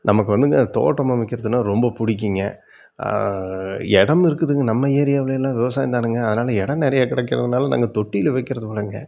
நமக்கு வந்து இந்த தோட்டம் அமைக்கிறதுனால் ரொம்ப பிடிக்குங்க இடம் இருக்குதுங்க நம்ம ஏரியாவில்யெல்லாம் விவசாயம்தானங்க அதனால் இடம் நிறையா கிடைக்குறதுனால நாங்கள் தொட்டியில் வைக்கிறத விடங்க